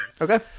Okay